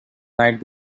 night